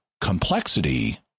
complexity